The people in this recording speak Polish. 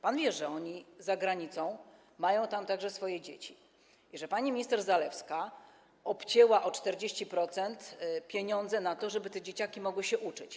Pan wie, że oni za granicą mają tam także swoje dzieci i że pani minister Zalewska obcięła o 40% pieniądze na to, żeby te dzieciaki mogły się uczyć.